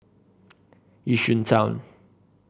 Yishun Town